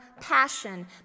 passion